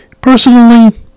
personally